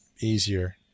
easier